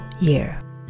year